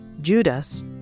Judas